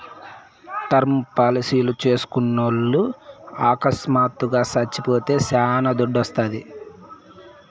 term పాలసీలు చేస్కున్నోల్లు అకస్మాత్తుగా సచ్చిపోతే శానా దుడ్డోస్తాది